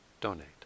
donate